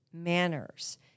Manners